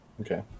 Okay